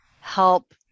help